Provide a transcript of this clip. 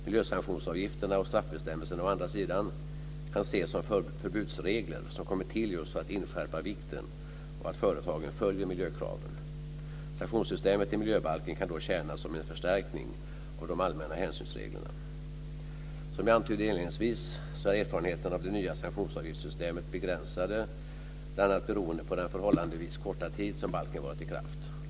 Miljösanktionsavgifterna och straffbestämmelserna å andra sidan kan ses som förbudsregler som kommit till just för att inskärpa vikten av att företagen följer miljökraven. Sanktionssystemet i miljöbalken kan då tjäna som en förstärkning av de allmänna hänsynsreglerna. Som jag antydde inledningsvis så är erfarenheterna av det nya sanktionsavgiftssystemet begränsade bl.a. beroende på den förhållandevis korta tid som balken varit i kraft.